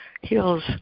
heals